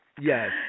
Yes